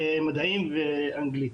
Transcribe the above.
מדעים ואנגלית.